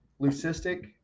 leucistic